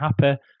happy